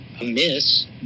amiss